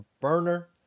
burner